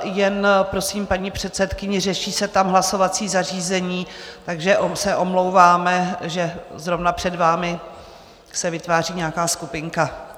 Jen prosím paní předsedkyni, řeší se tam hlasovací zařízení, takže moc se omlouváme, že zrovna před vámi se vytváří nějaká skupinka.